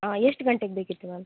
ಹಾಂ ಎಷ್ಟು ಗಂಟೆಗೆ ಬೇಕಿತ್ತು ಮ್ಯಾಮ್